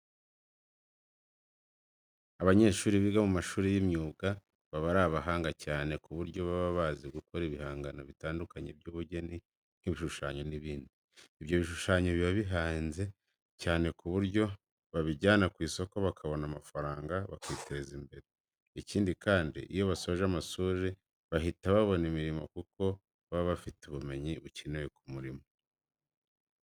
Abanyeshuri biga mu mashuri y'imyuga baba ari abahanga cyane ku buryo baba bazi gukora ibihangano bitandukanye by'ubugeni nk'ibishushanyo n'ibindi. Ibyo bishushanyo biba bihenze cyane ku buryo babijyana ku isoko bakabona amafaranga bakiteza imbere. Ikindi kandi, iyo basoje amashuri bahita babona imirimo kuko baba bafite ubumenyi bukenewe ku murimo.